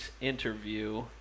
interview